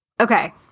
Okay